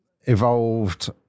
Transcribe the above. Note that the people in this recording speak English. evolved